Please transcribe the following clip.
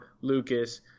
Lucas